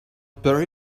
bury